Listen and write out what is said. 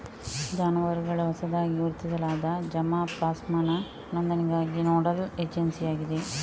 ಜಾನುವಾರುಗಳ ಹೊಸದಾಗಿ ಗುರುತಿಸಲಾದ ಜರ್ಮಾ ಪ್ಲಾಸಂನ ನೋಂದಣಿಗಾಗಿ ನೋಡಲ್ ಏಜೆನ್ಸಿಯಾಗಿದೆ